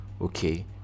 Okay